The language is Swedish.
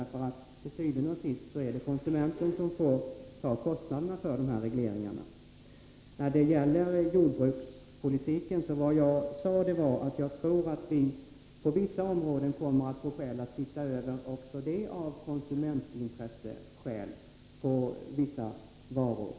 Til syvende og sidst är det konsumenterna som får bära kostnaderna för de här regleringarna. När det gäller jordbrukspolitiken sade jag att jag tror att vi i fråga om vissa varor kommer att få skäl att se över även denna av hänsyn till konsumenternas intressen.